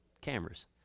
cameras